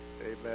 Amen